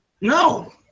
No